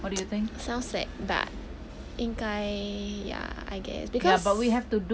sounds sad but 应该 ya I guess because